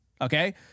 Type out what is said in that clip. Okay